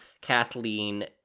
Kathleen